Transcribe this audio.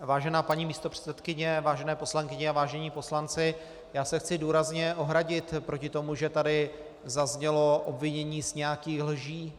Vážená paní místopředsedkyně, vážené poslankyně a vážení poslanci, já se chci důrazně ohradit proti tomu, že tu zaznělo obvinění z nějakých lží.